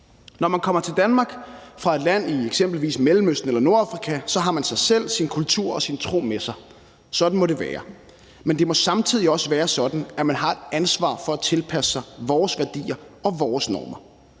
Når man kommer til Danmark fra et land i eksempelvis Mellemøsten eller Nordafrika, så har man sig selv, sin kultur og sin tro med sig. Sådan må det være. Men det må samtidig også være sådan, at man har et ansvar for at tilpasse sig vores værdier og vores normer,